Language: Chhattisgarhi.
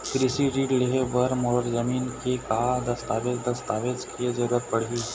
कृषि ऋण लेहे बर मोर जमीन के का दस्तावेज दस्तावेज के जरूरत पड़ही?